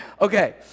okay